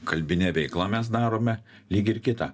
kalbine veikla mes darome lyg ir kita